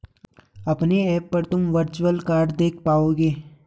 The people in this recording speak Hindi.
अपने ऐप पर तुम वर्चुअल कार्ड देख पाओगे